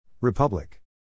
Republic